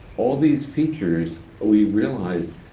all these features, we realized,